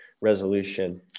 resolution